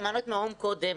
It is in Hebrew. שמענו את מרום קודם.